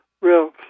real